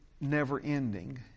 never-ending